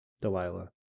Delilah